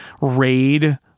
raid